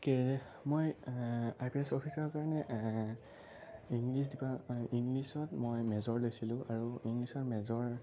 মই I P S অফিচাৰৰ কাৰণে ইংলিছ ইংলিছত মই মেজৰ লৈছিলোঁ আৰু ইংলিছৰ মেজৰ